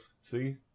See